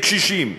לקשישים,